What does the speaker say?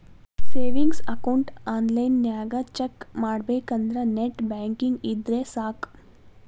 savings account ಆನ್ಲೈನ್ನ್ಯಾಗ check ಮಾಡಬೇಕಂದ್ರ net banking ಇದ್ರೆ ಸಾಕ್